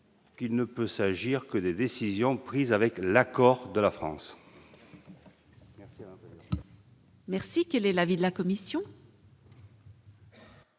qu'il ne peut s'agir que des décisions prises avec l'accord de la France. Quel est l'avis de la commission ?